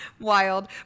wild